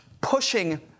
pushing